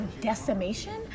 Decimation